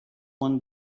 one